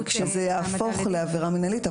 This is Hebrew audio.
כן, כשזה יהפוך לעבירה מינהלית.